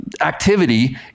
activity